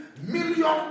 million